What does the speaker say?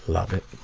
love it.